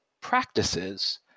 practices